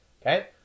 Okay